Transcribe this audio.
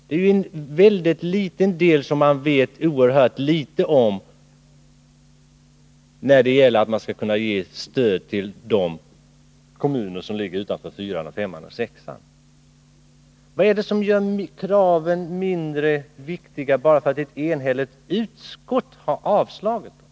Bemyndigandet att ge stöd för industrilokaler till kommuner som ligger utanför stödområdena 4, 5 och 6 är en mycket liten del, och vi vet oerhört litet om hur mycket pengar det ger. Vad är det som gör kraven mindre viktiga bara därför att ett enigt utskott avstyrkt dem?